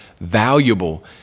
valuable